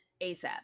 asap